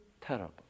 terrible